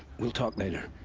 we'll talk later.